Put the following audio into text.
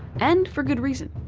and for good reason.